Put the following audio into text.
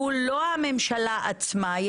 שהוא לא הממשלה עצמה,